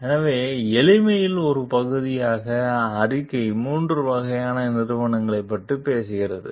எனவே எளிமையின் ஒரு பகுதியாக அறிக்கை மூன்று வகையான நிறுவனங்களைப் பற்றி பேசுகிறது